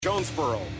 Jonesboro